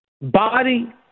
body